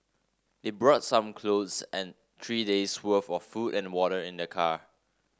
they brought some clothes and three days' worth of food and water in their car